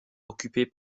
occupés